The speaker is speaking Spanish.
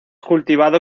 cultivado